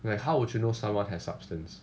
you know how would you know someone has substance